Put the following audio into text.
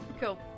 Cool